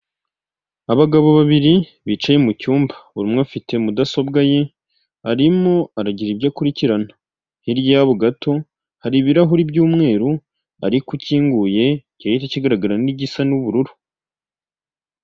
Icyumba cyagenewe gukorerwamo inama, giteguyemo intebe ndetse n'ameza akorerwaho inama, cyahuriwemo n'abantu benshi baturuka mu bihugu bitandukanye biganjemo abanyafurika ndetse n'abazungu, aho bari kuganira ku bintu bitandukanye byabahurije muri iyi nama barimo.